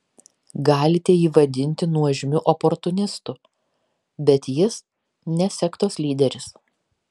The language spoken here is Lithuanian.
galite jį vadinti nuožmiu oportunistu bet jis ne sektos lyderis